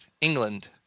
England